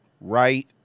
Right